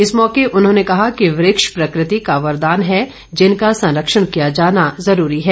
इस मौके उन्होंने कहा कि वृक्ष प्रकृति का वरदान है जिनका संरक्षण किया जाना जरूरी है